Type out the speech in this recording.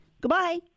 Goodbye